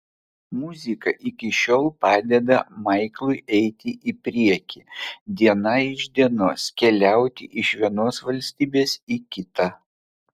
muzika iki šiol padeda maiklui eiti į priekį diena iš dienos keliauti iš vienos valstybės į kitą